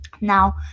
Now